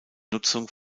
nutzung